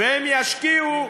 והם ישקיעו.